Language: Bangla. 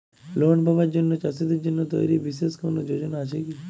লোন পাবার জন্য চাষীদের জন্য তৈরি বিশেষ কোনো যোজনা আছে কি?